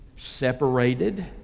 separated